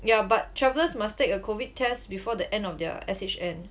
yeah but travellers must take a COVID test before the end of their S_H_N